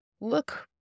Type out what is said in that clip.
look